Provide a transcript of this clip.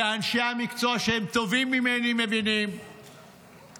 אנשי המקצוע שהם טובים ממני מבינים שלהקים